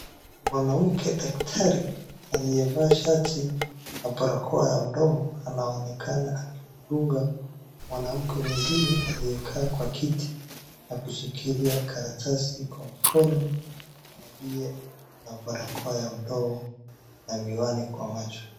Mwanamke daktari aliyevaa shati na barakoa ya mdomo anaonekana kudunga mwanamke mwingine aliyekaa kwa kiti na kushikilia karatasi kwa mkono aliye na barakoa ya mdomo na miwani kwa macho.